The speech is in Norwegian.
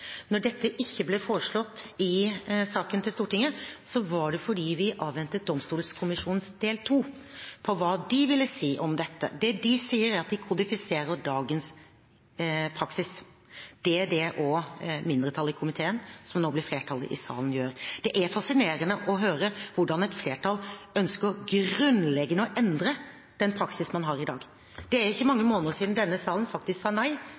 Når dette ikke ble foreslått i saken til Stortinget, var det fordi vi avventet domstolkommisjonens del 2 og hva de ville si om dette. Det de sier, er at de kodifiserer dagens praksis. Det er det også mindretallet i komiteen, som nå blir flertall i salen, gjør. Det er fascinerende å høre hvordan et flertall ønsker grunnleggende å endre den praksisen man har i dag. Det er ikke mange måneder siden denne salen faktisk sa nei